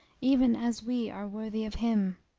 even as we are worthy of him!